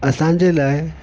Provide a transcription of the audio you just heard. असांजे लाइ